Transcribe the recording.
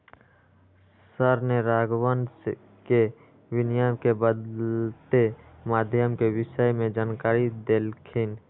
sir ने राघवन के विनिमय के बदलते माध्यम के विषय में जानकारी देल खिन